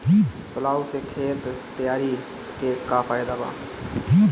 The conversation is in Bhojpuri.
प्लाऊ से खेत तैयारी के का फायदा बा?